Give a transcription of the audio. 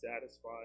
satisfied